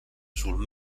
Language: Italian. sul